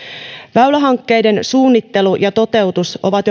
väylähankkeiden suunnittelu ja toteutus ovat